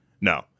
No